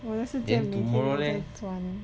我的是这样每天都在转